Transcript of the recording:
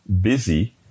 busy